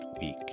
week